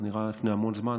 זה נראה לפני המון זמן,